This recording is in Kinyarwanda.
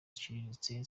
ziciriritse